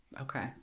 Okay